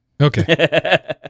okay